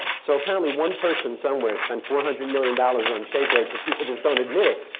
so apparently one person somewhere spent four hunderd million dollars on shake-away. or people just don't admit it.